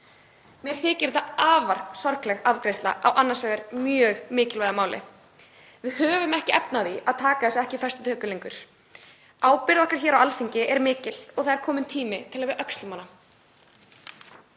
Mér þykir þetta afar sorgleg afgreiðsla á annars mjög mikilvægu máli. Við höfum ekki lengur efni á því að taka þetta ekki föstum tökum. Ábyrgð okkar hér á Alþingi er mikil og það er kominn tími til að við öxlum hana.